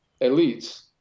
elites